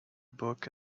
book